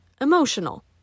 emotional